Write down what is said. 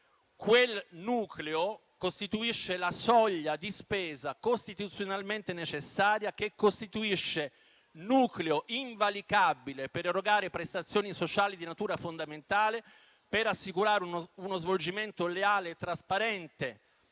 - anche quale soglia di spesa costituzionalmente necessaria che costituisce nucleo invalicabile per erogare prestazioni sociali di natura fondamentale, per assicurare uno svolgimento leale e trasparente